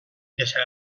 deixarà